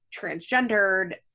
transgendered